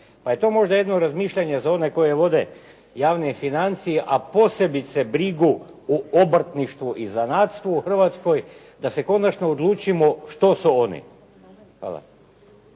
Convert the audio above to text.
Pa je to možda jedno razmišljanje za one koje vode javne financije, a posebice brigu o obrtništvu i zanatstvu u Hrvatskoj, da se konačno odlučimo što su oni. Hvala.